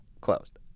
closed